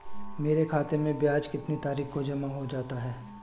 मेरे खाते में ब्याज कितनी तारीख को जमा हो जाता है?